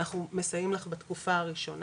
אנחנו מסייעים לך בתקופה הראשונה